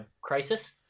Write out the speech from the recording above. crisis